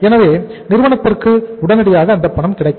எனவே நிறுவனத்திற்கு உடனடியாக அந்தப் பணம் கிடைக்கும்